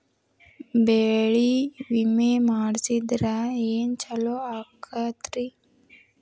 ಬೆಳಿ ವಿಮೆ ಮಾಡಿಸಿದ್ರ ಏನ್ ಛಲೋ ಆಕತ್ರಿ?